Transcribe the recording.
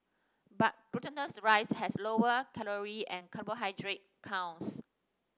but glutinous rice has lower calorie and carbohydrate counts